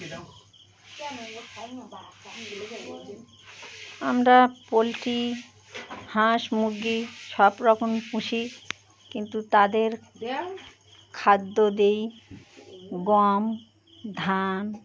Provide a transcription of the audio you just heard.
আমরা পোলট্রি হাঁস মুরগি সব রকমই পুষি কিন্তু তাদের খাদ্য দেই গম ধান